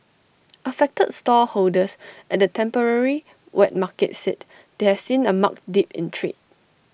affected stallholders at the temporary wet market said they have seen A marked dip in trade